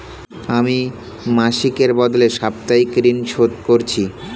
আমি মাসিকের বদলে সাপ্তাহিক ঋন শোধ করছি